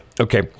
Okay